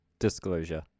Disclosure